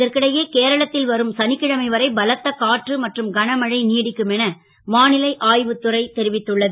இதற்கிடையே கேரளத் ல் வரும் ச க்கிழமை வரை பலத்த காற்று மற்றும் கனமழை நீடிக்கும் என வா லை ஆ வுத் துறை தெரிவித்துள்ளது